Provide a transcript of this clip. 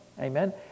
Amen